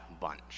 bunch